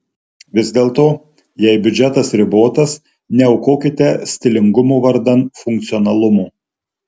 vis dėlto jei biudžetas ribotas neaukokite stilingumo vardan funkcionalumo